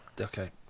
okay